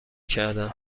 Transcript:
کردم